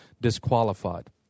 disqualified